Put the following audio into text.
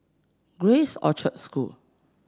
Grace Orchard School